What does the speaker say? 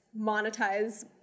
monetize